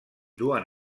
duen